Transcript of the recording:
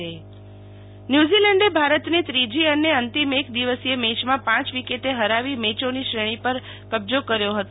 Sheetal Vaishnav one day cricket match ન્યુઝીલેન્ડે ભારતને ત્રીજી અને અંતિમ એક દિવસીય મેયમાં પાંચ વિકેટે હરાવી મેચોની શ્રેણી પર કબજો કર્યો હતો